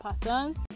patterns